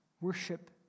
worship